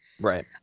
Right